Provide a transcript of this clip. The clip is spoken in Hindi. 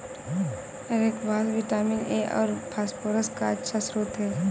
स्क्वाश विटामिन ए और फस्फोरस का अच्छा श्रोत है